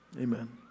amen